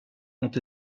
ont